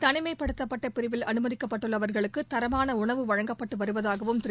தனிமைப்படுத்தப்பட்ட பிரிவில் அனுமதிக்கப்பட்டுள்ளவர்களுக்கு தரமான உணவு வழங்கப்பட்டு வருவதாகவும் திரு